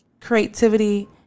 creativity